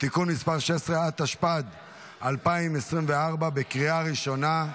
(תיקון מס' 16) התשפ"ד 2024. בקריאה ראשונה.